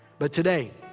but today.